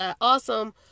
awesome